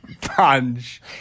punch